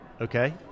okay